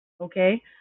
Okay